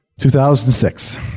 2006